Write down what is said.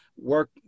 work